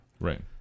Right